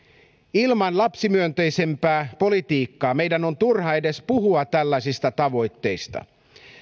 ilman lapsimyönteisempää politiikkaa meidän on turha edes puhua tällaisista tavoitteista